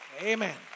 Amen